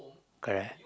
correct